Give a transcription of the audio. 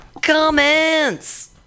Comments